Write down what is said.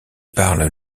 parlent